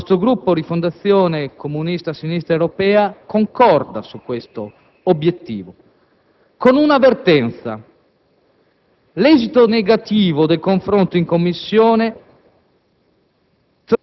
Il nostro Gruppo Rifondazione Comunista-Sinistra Europea concorda su questo obiettivo, con una avvertenza: l'esito negativo del confronto in Commissione